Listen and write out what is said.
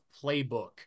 playbook